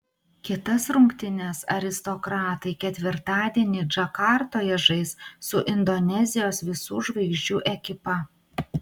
kitas rungtynes aristokratai ketvirtadienį džakartoje žais su indonezijos visų žvaigždžių ekipa